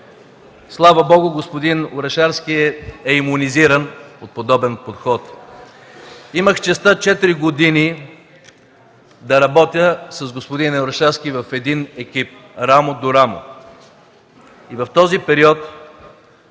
Слава Богу, господин Орешарски е имунизиран от подобен подход. Имах честта 4 години да работя с господин Орешарски в екип рамо до рамо.